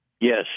Yes